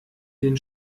den